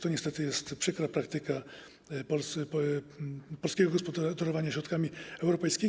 To niestety jest przykra praktyka polskiego gospodarowania środkami europejskimi.